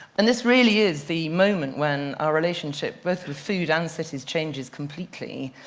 and this really is the moment when our relationship, both with food and cities, changes completely.